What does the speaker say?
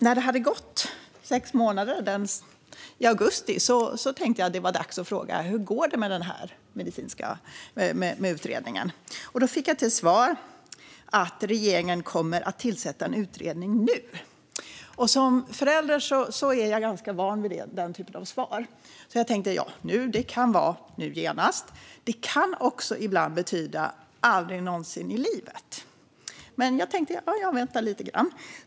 När det hade gått sex månader, i augusti, tänkte jag att det var dags att fråga hur det går med utredningen. Då fick jag till svar att regeringen kommer att tillsätta en utredning nu. Som förälder är jag ganska van vid den typen av svar, så jag tänkte att nu kan vara nu genast, men det kan också ibland betyda aldrig någonsin i livet. Men jag tänkte att jag skulle vänta lite grann.